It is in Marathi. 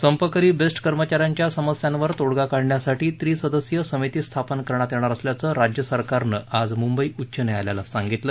संपकरी बेस्ट कर्मचा यांच्या समस्यांवर तोडगा काढण्यासाठी त्रिसदस्यीय समिती स्थापन करणार असल्याचं राज्यसरकारनं आज मुंबई उच्च न्यायालयाला सांगितलं